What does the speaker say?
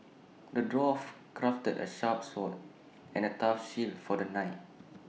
the dwarf crafted A sharp sword and A tough shield for the knight